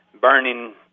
burning